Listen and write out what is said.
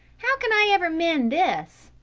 how can i ever mend this?